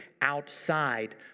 outside